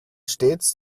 stets